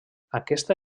aquesta